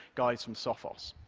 guys from sophos.